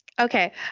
okay